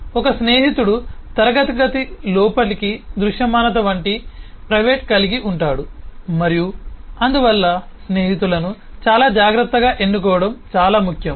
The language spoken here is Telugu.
ఒక స్నేహితుడు క్లాస్ లోపలికి దృశ్యమానత వంటి ప్రైవేట్ కలిగి ఉంటాడు మరియు అందువల్ల స్నేహితులను చాలా జాగ్రత్తగా ఎన్నుకోవడం చాలా ముఖ్యం